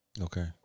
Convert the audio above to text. Okay